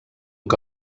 que